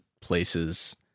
places